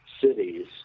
cities